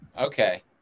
okay